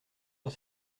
sur